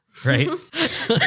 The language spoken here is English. Right